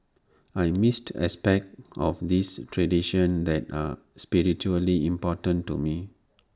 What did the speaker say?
I missed aspects of these traditions that are spiritually important to me